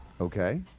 okay